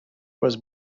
was